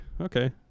okay